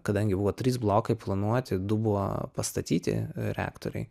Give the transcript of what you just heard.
kadangi buvo trys blokai planuoti du buvo pastatyti reaktoriai